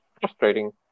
frustrating